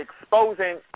exposing